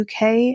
UK